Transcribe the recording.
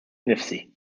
nnifsi